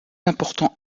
important